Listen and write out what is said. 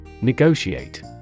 Negotiate